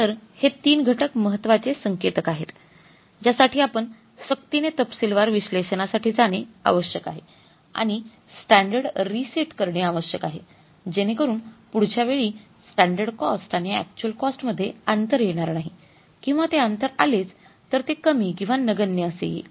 तर हे तीन घटक महत्त्वाचे संकेतक आहेत ज्या साठी आपण सक्तीने तपशीलवार विश्लेषणासाठी जाणे आवश्यक आहे आणि स्टॅंडर्ड रीसेट करणे आवश्यक आहे जेणेकरून पुढच्या वेळी स्टॅंडर्ड कॉस्ट आणि अक्चुअल कॉस्ट मध्ये अंतर येणार नाही किंवा ते अंतर आलेच तर ते कमी किंवा नगण्य असे येईल